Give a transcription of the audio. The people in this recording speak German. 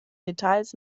details